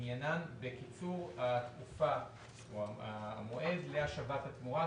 עניינן בקיצור התקופה או המועד להשבת התמורה,